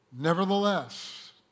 Nevertheless